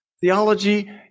Theology